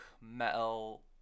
metal